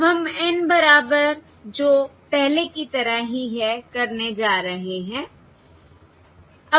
और अब हम N बराबर जो पहले की तरह ही है करने जा रहे हैं